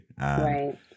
Right